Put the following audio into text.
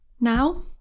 now